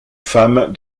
femme